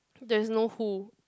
there is no who